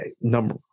number